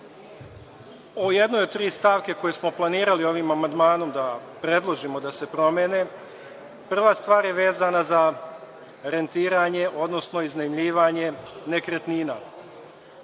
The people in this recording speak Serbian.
reč o jednoj od tri stavke koje smo planirali ovim amandmanom da predložimo da se promene, vezana je za rentiranje odnosno iznajmljivanje nekretnina.